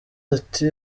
ati